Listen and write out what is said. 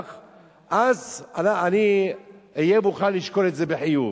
אז אני אהיה מוכן לשקול את זה בחיוב.